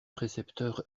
précepteur